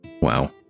Wow